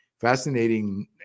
fascinating